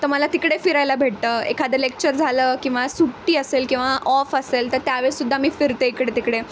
तर मला तिकडे फिरायला भेटतं एखादं लेक्चर झालं किंवा सुट्टी असेल किंवा ऑफ असेल तर त्यावेळेस सुद्धा मी फिरते इकडे तिकडे